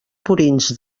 purins